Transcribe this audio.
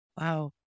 Wow